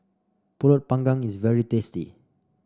pulut panggang is very tasty